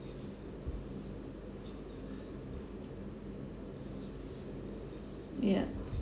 ya